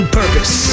purpose